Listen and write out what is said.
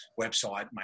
website